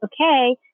okay